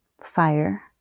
fire